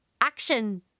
action